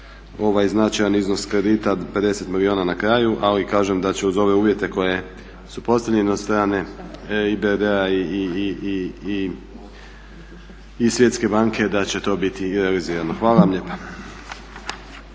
ovaj značajan iznos kredita 50 milijuna na kraju. Ali kažem da će uz ove uvjete koji su postavljeni od strane IBRD-a i Svjetske banke da će to biti i realizirano. Hvala